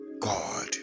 God